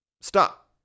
stop